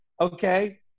okay